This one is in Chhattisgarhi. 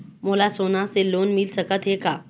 मोला सोना से लोन मिल सकत हे का?